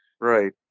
right